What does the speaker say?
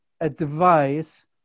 advice